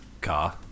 car